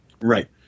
Right